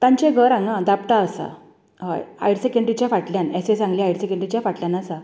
तांचे घर हांगा दापटां आसा हय हायरसेकँड्रीच्या फाटल्यान एसएस आंगले हायरसॅकेंड्रीच्या फाटल्यान आसा